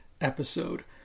episode